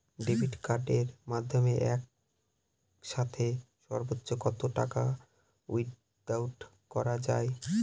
Debit কার্ডের মাধ্যমে একসাথে সর্ব্বোচ্চ কত টাকা উইথড্র করা য়ায়?